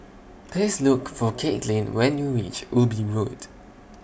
Please Look For Katelynn when YOU REACH Ubi Road